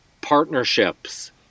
partnerships